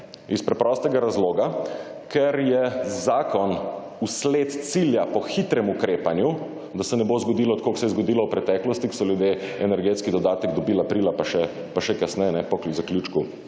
iz preprostega razloga, ker je zakon v sled cilja po hitrem ukrepanju, da se ne bo zgodilo tako kot se je zgodilo v preteklosti, ko so ljudje energetski dodatek dobili aprila, pa še kasneje po zaključku